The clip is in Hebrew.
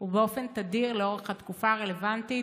ובאופן תדיר לאורך התקופה הרלוונטית,